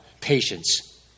Patience